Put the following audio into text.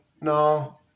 No